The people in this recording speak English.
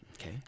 okay